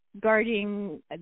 guarding